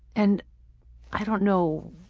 and i don't know.